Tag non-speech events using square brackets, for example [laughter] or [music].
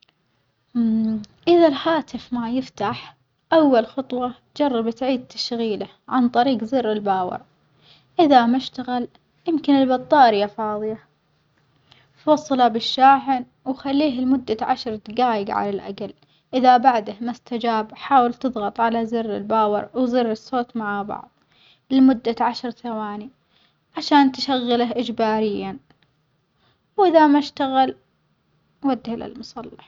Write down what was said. [hesitation] إذا الهاتف ما يفتح أول خطوة جرب تعيد تشغيله عن طريج زر الباور إذا ما اشتغل يمكن البطارية فاظية وصله بالشاحن وخليه لمدة عشر دجيج على الأجل، إذا بعده ما استجاب حاول تظغط على زر الباور وزر الصوت مع بعظ لمدة عشر ثواني عشان تشغله إجباريًا، وإذا ما اشتغل وديه للمصلح.